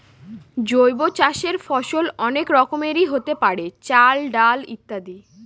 জৈব চাষের ফসল অনেক রকমেরই হতে পারে, চাল, ডাল ইত্যাদি